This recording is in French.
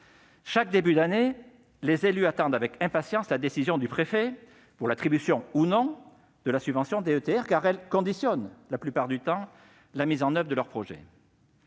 Chaque début d'année, les élus attendent avec impatience la décision du préfet pour l'attribution ou non de la subvention DETR, car elle conditionne la plupart du temps la mise en oeuvre de leurs projets.